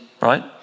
right